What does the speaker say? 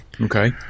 Okay